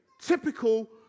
typical